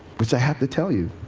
which i have to tell you.